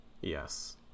Yes